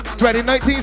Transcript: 2019